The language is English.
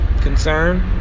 concern